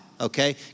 okay